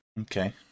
okay